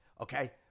okay